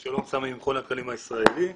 אני ממכון התקנים הישראלי.